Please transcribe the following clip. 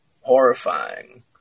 horrifying